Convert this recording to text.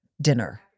dinner